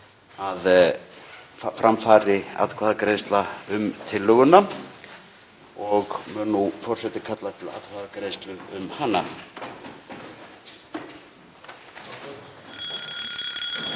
að fram fari atkvæðagreiðsla um tillöguna og mun nú forseti kalla til atkvæðagreiðslu um hana.